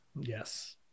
Yes